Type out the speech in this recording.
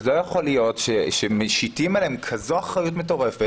לא יכול להיות שמשיתים עליהם כזו אחריות מטורפת,